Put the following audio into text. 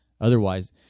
Otherwise